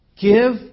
Give